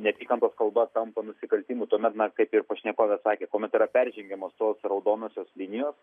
neapykantos kalba tampa nusikaltimu tuomet na kaip ir pašnekovė sakė kuomet yra peržengiamos tos raudonosios linijos